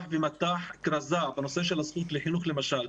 ומט"ח כרזה בנושא של הזכות לחינוך למשל,